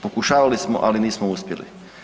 Pokušavali smo ali nismo uspjeli.